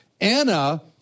Anna